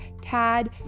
Tad